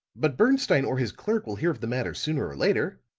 but bernstine or his clerk will hear of the matter sooner or later,